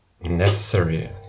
necessary